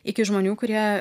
iki žmonių kurie